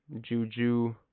Juju